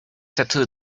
tattoo